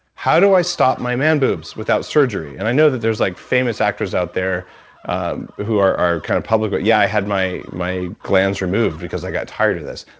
how do i stop my man boobs without surgery? and i know that there's like famous actors out there who are are kind of public about but yeah. i had my my glands removed because i got tired of this.